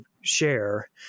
share